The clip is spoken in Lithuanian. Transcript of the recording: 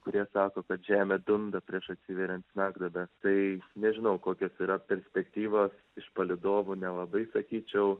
kurie sako kad žemė dunda prieš atsiveriant smegduobes tai nežinau kokios yra perspektyvos iš palydovų nelabai sakyčiau